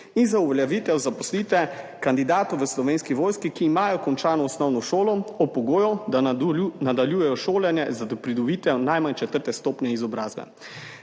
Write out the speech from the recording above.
in za uveljavitev zaposlitve kandidatov v Slovenski vojski, ki imajo končano osnovno šolo, ob pogoju, da nadaljujejo šolanje za pridobitev najmanj četrte stopnje izobrazbe.